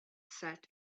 set